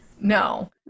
No